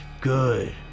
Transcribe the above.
good